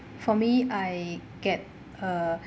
for me I get uh